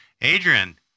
Adrian